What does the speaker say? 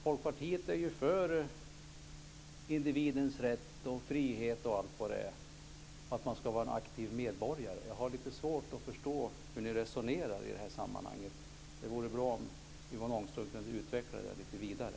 Folkpartiet är för individens rätt och frihet osv., dvs. att man ska vara en aktiv medborgare. Jag har lite svårt att förstå hur ni resonerar i sammanhanget. Det vore bra om Yvonne Ångström kunde utveckla detta vidare.